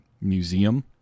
museum